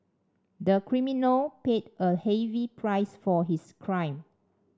the criminal paid a heavy price for his crime